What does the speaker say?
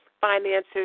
finances